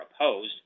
opposed